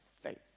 faith